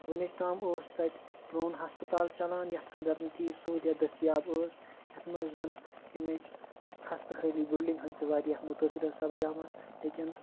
وٕنِچ تام اوس تَتہِ پرٛون ہَسپَتال چَلان یَتھ اَندَر نہٕ تیٖژ سہوٗلیت دٔستِیاب ٲس یَتھ منٛز ییٚمِچ خستہٕ حٲلی بِلڈِنٛگ ہٕنٛز تہِ واریاہ مُتٲثِر سَپدیمٕژ لیکِن